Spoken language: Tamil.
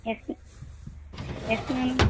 yes ma'am yes ma'am